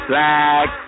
Black